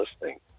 listening